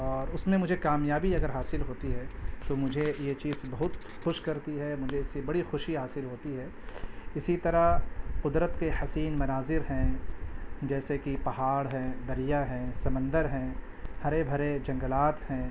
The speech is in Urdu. اور اس میں مجھے کامیابی اگر حاصل ہوتی ہے تو مجھے یہ چیز بہت خوش کرتی ہے مجھے اس سے بڑی خوشی حاصل ہوتی ہے اسی طرح قدرت کے حسین مناظر ہیں جیسے کہ پہاڑ ہیں دریا ہیں سمندر ہیں ہرے بھرے جنگلات ہیں